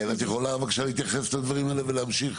כן, את יכולה בבקשה להתייחס לדברים האלה ולהמשיך?